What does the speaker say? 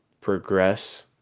progress